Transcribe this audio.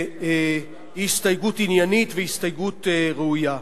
והיא הסתייגות עניינית והסתייגות ראויה.